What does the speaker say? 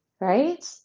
right